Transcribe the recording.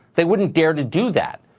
they wouldn't dare to do that.